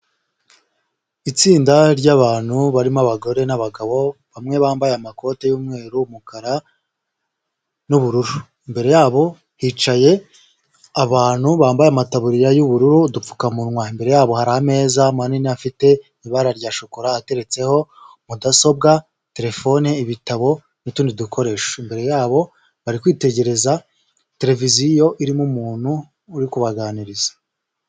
Itsinda ry'abantu barimo abagore n'abagabo, bamwe bambaye amakoti y'umweru, umukara n'ubururu, imbere yabo hicaye abantu bambaye amataburiya y'ubururu, udupfukamunwa, imbere yabo hari ameza manini afite ibara rya shokora, ateretseho mudasobwa, terefone, ibitabo n'utundi dukoresho, imbere yabo bari kwitegereza tereviziyo irimo umuntu uri kubaganiriza.